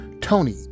tony